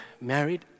married